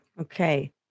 Okay